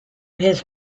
his